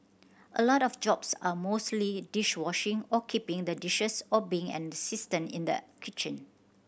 a lot of jobs are mostly dish washing or keeping the dishes or being an assistant in the kitchen